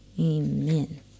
Amen